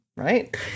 Right